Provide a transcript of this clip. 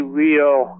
real